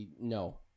No